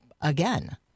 again